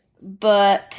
book